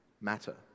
matter